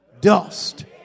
dust